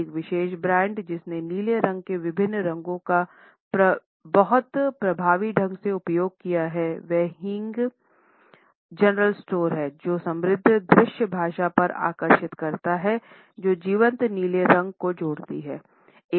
एक विशेष ब्रांड जिसने नीले रंग के विभिन्न रंगों का बहुत प्रभावी ढंग से उपयोग किया है वह हींग जनरल स्टोर है जो समृद्ध दृश्य भाषा पर आकर्षित करता है जो जीवंत नीले रंग को जोड़ती है